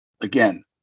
again